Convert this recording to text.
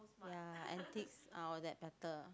ya antiques uh all that better